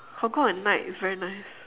hong-kong at night is very nice